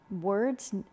words